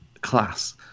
class